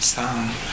sound